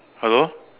hello